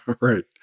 Right